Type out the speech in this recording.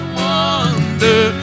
wonder